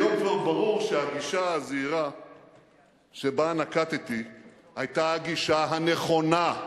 היום כבר ברור שהגישה הזהירה שנקטתי היתה הגישה הנכונה,